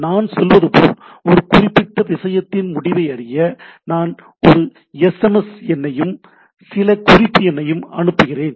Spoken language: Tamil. நான் சொல்வது போல் ஒரு குறிப்பிட்ட விஷயத்தின் முடிவை அறிய நான் ஒரு எஸ்எம்எஸ் எண்ணையும் சில குறிப்பு எண்ணையும் அனுப்புகிறேன்